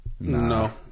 No